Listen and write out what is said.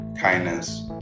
Kindness